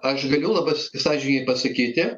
aš galiu labai sąžiningai pasakyti